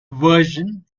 version